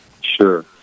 Sure